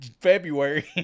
February